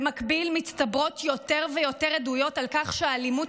במקביל מצטברות יותר ויותר עדויות על כך שהאלימות